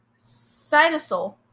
cytosol